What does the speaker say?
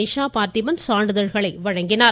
நிஷா பார்த்திபன் சான்றிதழ்களை வழங்கினார்